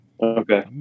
okay